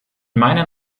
meinen